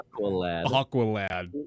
Aqualad